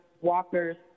walkers